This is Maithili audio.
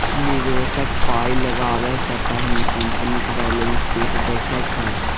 निबेशक पाइ लगाबै सँ पहिने कंपनीक बैलेंस शीट देखै छै